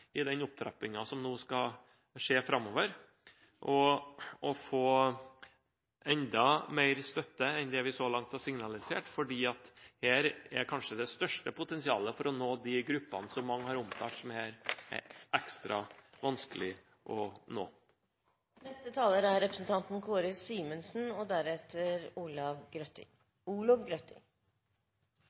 i den opptrappingen som nå skal skje framover, og få enda mer støtte enn det vi så langt har signalisert, for her er kanskje det største potensialet for å nå de gruppene – som mange har omtalt – som er ekstra vanskelige å nå.